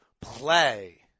play